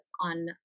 on